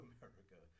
America